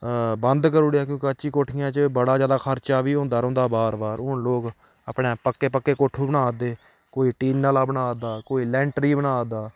बंद करी ओड़ेआ क्योंकि अच्छी कोठियें च बड़ा ज्यादा खर्चा बी होंदा रौंह्दा बार बार हून लोक अपने पक्के पक्के कोठू बना दे कोई टीन आह्ला बना दा कोई लैंटरी बना दा